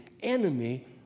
enemy